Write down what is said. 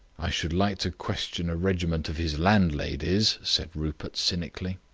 i should like to question a regiment of his landladies, said rupert cynically.